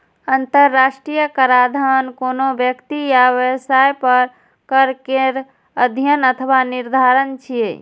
अंतरराष्ट्रीय कराधान कोनो व्यक्ति या व्यवसाय पर कर केर अध्ययन अथवा निर्धारण छियै